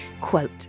Quote